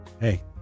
hey